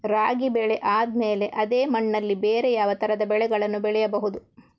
ರಾಗಿ ಬೆಳೆ ಆದ್ಮೇಲೆ ಅದೇ ಮಣ್ಣಲ್ಲಿ ಬೇರೆ ಯಾವ ತರದ ಬೆಳೆಗಳನ್ನು ಬೆಳೆಯಬಹುದು?